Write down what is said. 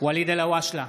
ואליד אלהואשלה,